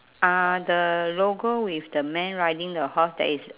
uh the logo with the man riding the horse that is